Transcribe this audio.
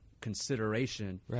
consideration